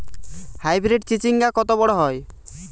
Hybrid চিচিংঙ্গা কত বড় হয়?